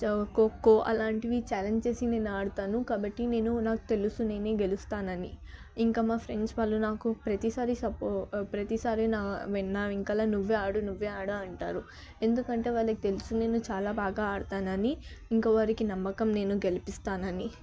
ఖోఖో అలాంటివి ఛాలెంజ్ చేసి నేను ఆడుతాను కాబట్టి నేను నాకు తెలుసు నేను గెలుస్తానని ఇంకా మా ఫ్రెండ్స్ వాళ్ళు నాకు ప్రతిసారి సపో ప్రతిసారి నా వెన్ నా వెనకాల నువ్వే ఆడు నువ్వే ఆడు అంటారు ఎందుకంటే వాళ్ళకు తెలుసు నేను చాలా బాగా అడుతాను అని ఇంకా వారికి నమ్మకం నేను గెలిపిస్తానని